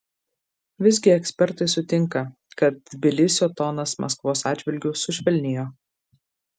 visgi ekspertai sutinka kad tbilisio tonas maskvos atžvilgiu sušvelnėjo